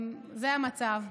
זה המצב.